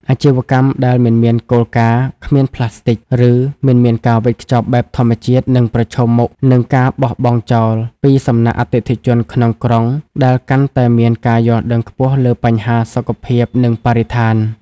អាជីវកម្មដែលមិនមានគោលការណ៍ "គ្មានប្លាស្ទិក" ឬមិនមានការវេចខ្ចប់បែបធម្មជាតិនឹងប្រឈមមុខនឹងការបោះបង់ចោលពីសំណាក់អតិថិជនក្នុងក្រុង ដែលកាន់តែមានការយល់ដឹងខ្ពស់លើបញ្ហាសុខភាព និងបរិស្ថាន។